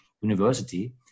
University